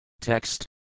Text